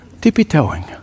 tippy-toeing